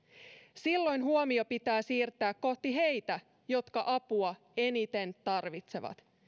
silloin huomio pitää siirtää kohti heitä jotka apua eniten tarvitsevat